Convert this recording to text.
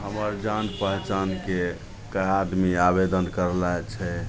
हमर जान पहचानके कएक आदमी आवेदन करले छै